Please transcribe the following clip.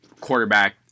quarterback